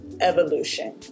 evolution